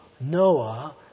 Noah